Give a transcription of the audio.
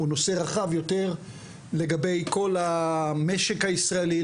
הוא נושא רחב יותר לגבי כל המשק הישראלי,